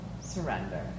surrender